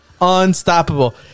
Unstoppable